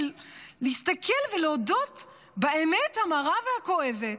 של להסתכל ולהודות באמת המרה והכואבת,